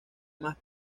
más